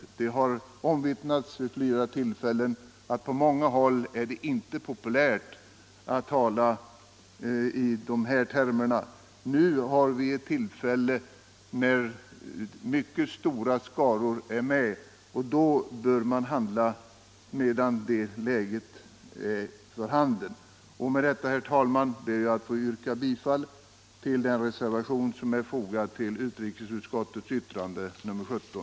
= Ytterligare insatser Det har omvittnats vid flera tillfällen att det på många håll inte är populärt — för svältdrabbade att tala om u-landshjälp. Nu har vi ett tillfälle att handla eftersom mycket — länder stora skaror människor är med oss. Därför bör vi handla medan det läget är för handen. Med detta, herr talman, ber jag att få yrka bifall till den reservation som är fogad till utrikesutskottets betänkande nr 17.